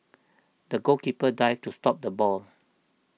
the goalkeeper dived to stop the ball